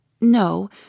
No